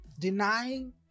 Denying